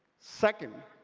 second,